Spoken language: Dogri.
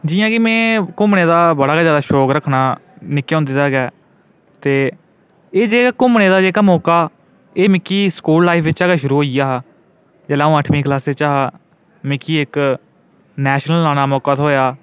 जियां केह् में घुम्मने दा बड़ा गै जैदा शौक रक्खना निक्के होंदे दा गै ते एह् जेह्ड़े घुम्मने दा मौका मिगी स्कूल लाइफ बिच्चा गै शुरू होई आ हा जिसलै में अठमीं क्लासै च हा मिगी इक नेशनल लाने दा मौका थोएआ